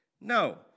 No